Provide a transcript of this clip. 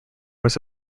was